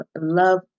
love